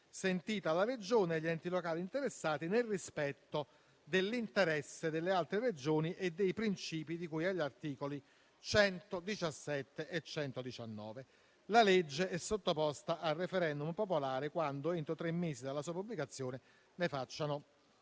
sentiti la Regione e gli enti locali interessati, nel rispetto dell'interesse delle altre Regioni e dei principi di cui agli articoli 117 e 119. La legge è sottoposta al *referendum* popolare quando, entro tre mesi dalla sua pubblicazione, ne facciano